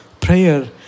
prayer